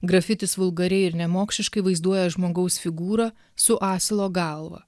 grafitis vulgariai ir nemokšiškai vaizduoja žmogaus figūrą su asilo galva